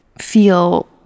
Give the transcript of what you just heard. feel